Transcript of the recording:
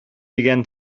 began